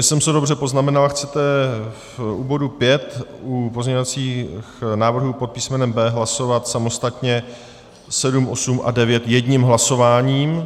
Jestli jsem si to dobře poznamenal, chcete u bodu 5 u pozměňovacích návrhů pod písmenem B hlasovat samostatně 7, 8 a 9 jedním hlasováním.